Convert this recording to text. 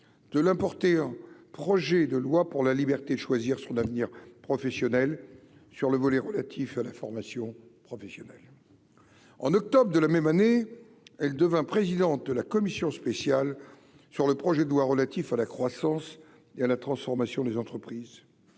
de l'importer un projet de loi pour la liberté de choisir son avenir professionnel sur le volet relatif à la formation professionnelle en octobre de la même année, elle devint présidente de la Commission spéciale sur le projet de loi relatif à la croissance, il a la transformation des entreprises,